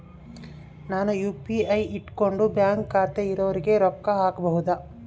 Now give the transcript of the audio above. ನಾನು ಯು.ಪಿ.ಐ ಇಟ್ಕೊಂಡು ಬ್ಯಾಂಕ್ ಖಾತೆ ಇರೊರಿಗೆ ರೊಕ್ಕ ಹಾಕಬಹುದಾ?